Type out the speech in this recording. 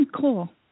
Cool